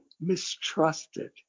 mistrusted